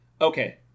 Okay